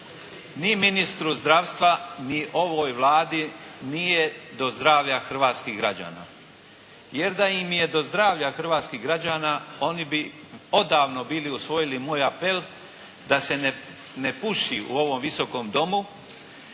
Ni ministru zdravstva, ni ovoj Vladi nije do zdravlja hrvatskih građana, jer da im je do zdravlja hrvatskih građana oni bi odavno bili usvojili moj apel da se ne puši u ovom Visokom domu,